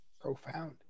Profound